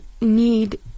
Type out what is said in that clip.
need